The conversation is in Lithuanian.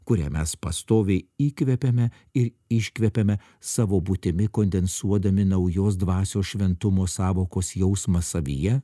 kurią mes pastoviai įkvepiame ir iškvepiame savo būtimi kondensuodami naujos dvasios šventumo sąvokos jausmą savyje